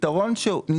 הפתרון של פלט,